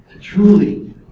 truly